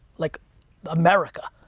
like america.